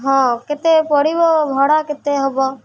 ହଁ କେତେ ପଡ଼ିବ ଭଡ଼ା କେତେ ହବ